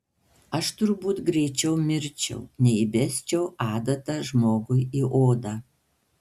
aš turbūt greičiau mirčiau nei įbesčiau adatą žmogui į odą